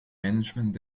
management